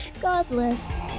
Godless